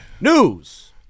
News